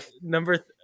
number